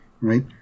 Right